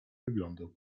wyglądał